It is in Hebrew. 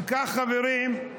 אם כך, חברים,